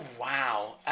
Wow